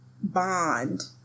bond